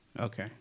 Okay